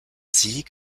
sieg